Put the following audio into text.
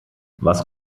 was